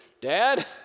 dad